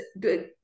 good